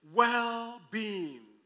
well-being